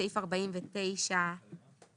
סעיף 49 לחוק.